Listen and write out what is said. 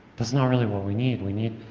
that's not really what we need. we need,